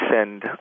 send